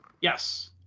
Yes